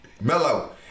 mellow